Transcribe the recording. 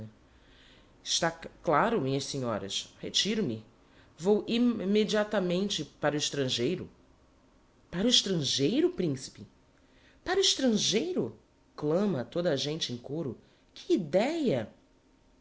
claro minhas senhoras retiro-me vou im me diata mente para o estrangeiro para o estrangeiro principe para o estrangeiro clama toda a gente em côro que ideia